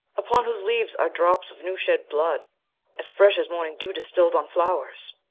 upon whose leaves are drops of new-shed blood as fresh as morning dew distill'd on flowers?